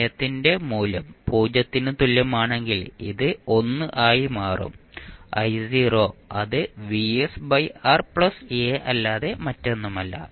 സമയത്തിന്റെ മൂല്യം 0 ന് തുല്യമാണെങ്കിൽ ഇത് 1 ആയി മാറും അത് അല്ലാതെ മറ്റൊന്നുമല്ല